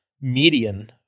Median